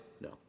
No